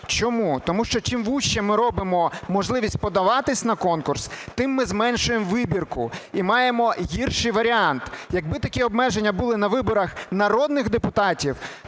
Чому? Тому що, чим вужчу ми робимо можливість подаватись на конкурс, тим ми зменшуємо вибірку і маємо гірший варіант. Якби такі обмеження були на виборах народних депутатів,